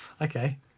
Okay